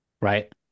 right